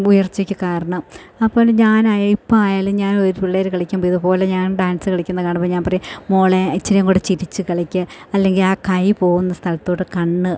ഉയർച്ചയ്ക്ക് കാരണം അപ്പം ഞാനാ ഇപ്പം ആയാലും ഞാൻ പിള്ളേർ കളിക്കുമ്പോൾ ഇതുപോലെ ഞാൻ ഡാൻസ് കളിക്കുന്നത് കാണുമ്പം ഞാൻ പറയും മോളേ ഇത്തിരി കൂടെ ചിരിച്ച് കളിക്ക് അല്ലെങ്കിൽ ആ കൈ പോകുന്ന സ്ഥലത്തോട്ട് കണ്ണ്